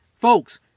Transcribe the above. Folks